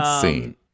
scene